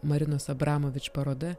marinos abramovič paroda